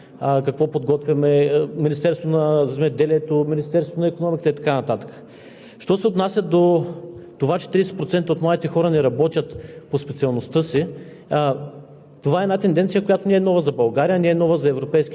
Относно начините за намиране на работа. Тук виждаме различни програми, Вие ги знаете. Те са показани в Доклада за това какво подготвят Министерството на земеделието, Министерството на икономиката и така